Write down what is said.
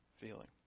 feeling